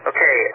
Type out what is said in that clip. Okay